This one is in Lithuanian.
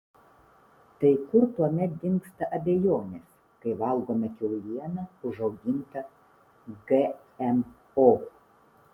tai kur tuomet dingsta abejonės kai valgome kiaulieną užaugintą gmo